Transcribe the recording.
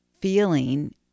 feeling